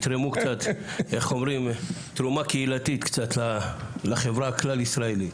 יתרמו קצת תרומה קהילתית לחברה הכלל-ישראלית.